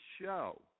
show